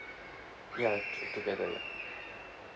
ya together ya